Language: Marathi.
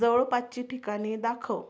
जवळपासची ठिकाणे दाखव